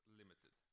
limited